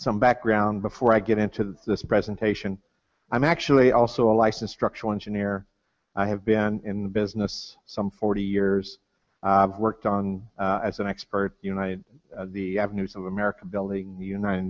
some background before i get into this presentation i'm actually also a license structural engineer i have been business some forty years i've worked on as an expert united the news of america building united